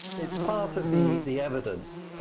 it's part of the the evidence,